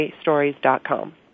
Stories.com